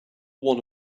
one